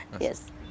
Yes